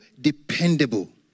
dependable